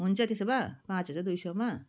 हुन्छ त्यसो भए पाँच हजार दुई सयमा